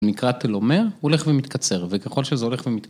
נקרא תלומר הולך ומתקצר וככל שזה הולך ומתקצר